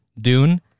Dune